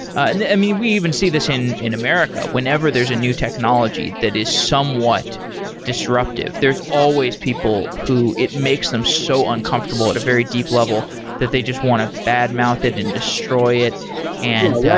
and i mean, we even see this in in america, whenever there's a new technology that is somewhat disruptive, there's always people who it makes them so uncomfortable at a very deep level that they just want to bad-mouth it and destroy it and yeah.